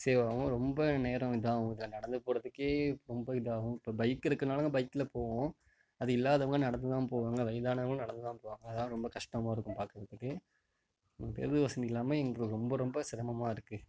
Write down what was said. சேவ்வாகும் ரொம்ப நேரம் இதாகவும் நடந்து போகிறத்துக்கே ரொம்ப இதாகவும் இப்போ பைக் இருக்கிறதால பைக்கில் போவோம் அது இல்லாதவங்க நடந்து தான் போவாங்க வயதானவங்களும் நடந்து தான் போவாங்க அதுதான் ரொம்ப கஷ்டமாக இருக்கும் பார்க்குறத்துக்கு பேருந்து வசதி இல்லாமல் எங்களுக்கு ரொம்ப ரொம்ப சிரமமாகருக்கு